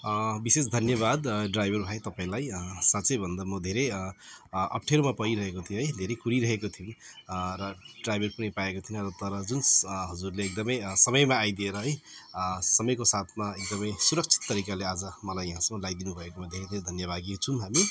विशेष धन्यवाद ड्राइभर भाइ तपाईँलाई साँच्चै भन्दा म धेरै अप्ठ्यारोमा परिरहेको थिएँ है धेरै कुरिरहेको थिएँ र ड्राइभर पनि पाएको थिइनँ तर जुन हजुरले एकदमै समयमा आइदिएर है समयको साथमा एकदमै सुरक्षित तरिकाले आज मलाई यहाँसम्म ल्याइदिनु भएकोमा धेरै धेरै धन्यवाद दिन्छौँ हामी